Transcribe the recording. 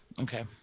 okay